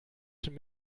schon